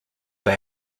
they